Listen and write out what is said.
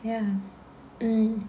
ya mm